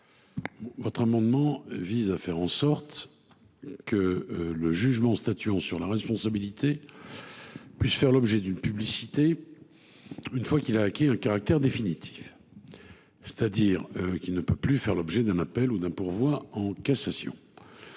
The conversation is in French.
Cet amendement vise à faire en sorte que le jugement statuant sur la responsabilité puisse faire l’objet d’une publicité une fois qu’il a acquis un caractère définitif, c’est à dire qu’il ne peut plus faire l’objet d’un appel ou d’un pourvoi en cassation.